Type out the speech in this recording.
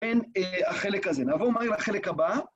כן, החלק הזה. נעבור מהר לחלק הבא.